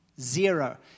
Zero